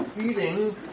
eating